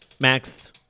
Max